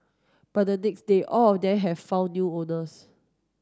by the next day all of them have found new owners